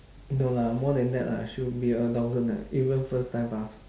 no lah more than that lah should be a thousand leh even first time pass